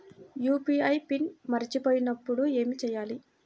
UPI PIN మరచిపోయినప్పుడు ఏమి చేయాలి?